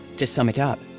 to sum it up,